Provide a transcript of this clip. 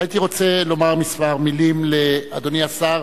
הייתי רוצה לומר כמה מלים לאדוני השר,